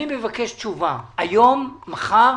אני מבקש תשובה היום, מחר.